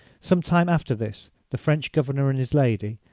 some time after this the french governor and his lady,